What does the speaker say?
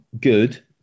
good